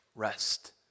Rest